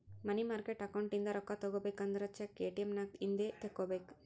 ಮನಿ market account ಇಂದ ರೊಕ್ಕಾ ತಗೋಬೇಕು ಅಂದುರ್ ಚೆಕ್, ಎ.ಟಿ.ಎಮ್ ನಾಗ್ ಇಂದೆ ತೆಕ್ಕೋಬೇಕ್